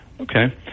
Okay